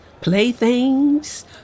playthings